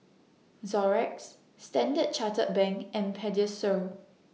Xorex Standard Chartered Bank and Pediasure